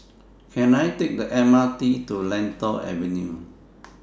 Can I Take The M R T to Lentor Avenue